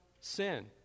sin